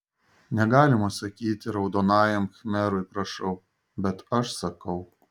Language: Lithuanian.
negalima sakyti raudonajam khmerui prašau bet aš sakau